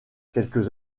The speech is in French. quelques